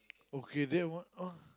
okay then what of